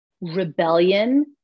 rebellion